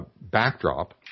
backdrop